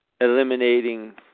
eliminating